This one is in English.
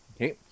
Okay